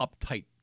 uptight